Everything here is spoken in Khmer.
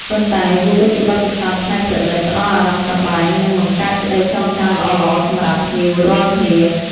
ប៉ុន្តែវាក៏ជាបទពិសោធន៍ច្នៃប្រឌិត ផ្តល់អារម្មណ៍សប្បាយ និងបង្កើតក្តីចងចាំល្អៗសម្រាប់ភ្ញៀវរាល់គ្នា។